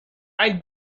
ein